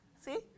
See